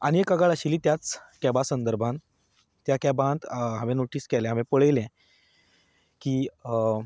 आनी एक कागाळ आशिल्ली त्याच कॅबा संदर्भांत त्या कॅबांत हांवें नोटीस केलें हांवें पळयलें की